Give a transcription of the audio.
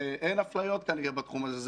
ואין אפליות כנראה בתחום הזה.